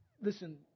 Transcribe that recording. Listen